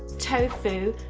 tofu,